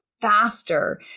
faster